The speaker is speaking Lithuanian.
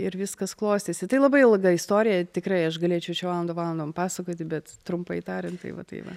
ir viskas klostėsi tai labai ilga istorija tikrai aš galėčiau čia valandų valandom pasakoti bet trumpai tariant tai vat tai va